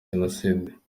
jenoside